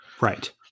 right